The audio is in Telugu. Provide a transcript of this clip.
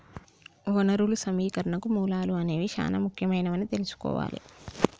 వనరులు సమీకరణకు మూలాలు అనేవి చానా ముఖ్యమైనవని తెల్సుకోవాలి